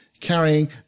carrying